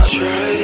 try